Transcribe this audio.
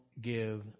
give